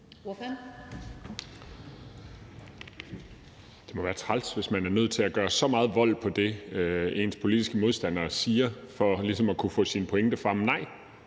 Det må være træls, hvis man er nødt til at gøre så meget vold på det, ens politiske modstandere siger, for ligesom at kunne få sin pointe frem. Nej,